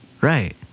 Right